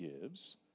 gives